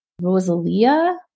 Rosalia